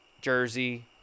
Jersey